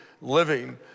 living